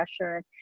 pressure